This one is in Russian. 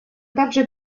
также